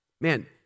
Man